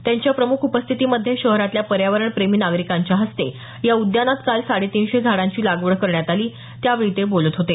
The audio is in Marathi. त्यांच्या प्रमुख उपस्थितीमध्ये शहरातल्या पर्यावरण प्रेमीं नागरिकांच्या हस्ते या उद्यानात काल साडे तिनशे झाडांची लागवड करण्यात आली त्या वेळी ते बोलत होते